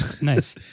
nice